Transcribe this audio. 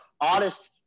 honest